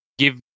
give